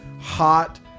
hot